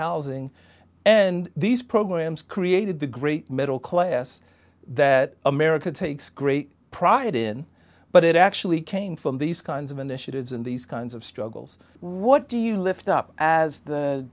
housing and these programs created the great middle class that america takes great pride in but it actually came from these kinds of initiatives and these kinds of struggles what do you lift up as the